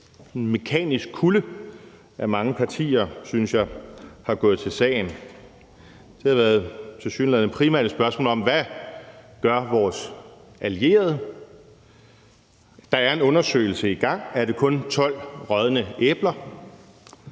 og mekanisk kulde, at mange partier har gået til sagen, synes jeg. Det har tilsyneladende primært været et spørgsmål om, hvad vores allierede gør. Der er en undersøgelse i gang. Er det kun 12 rådne æbler?